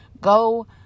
Go